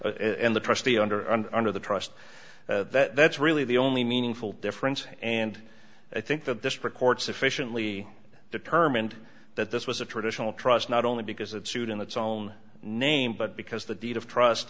and under the trust that's really the only meaningful difference and i think that this record sufficiently determined that this was a traditional trust not only because of suit in its own name but because the deed of trust